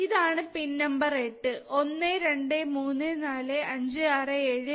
ഇതാണ് pin number 8